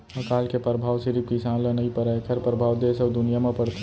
अकाल के परभाव सिरिफ किसान ल नइ परय एखर परभाव देस अउ दुनिया म परथे